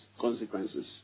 consequences